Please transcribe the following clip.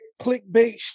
clickbait